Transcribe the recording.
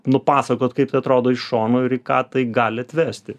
nupasakot kaip tai atrodo iš šono ir į ką tai gali atvesti